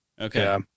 Okay